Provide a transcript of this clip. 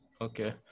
Okay